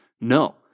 No